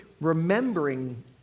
remembering